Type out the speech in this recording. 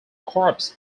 crops